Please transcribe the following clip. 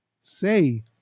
say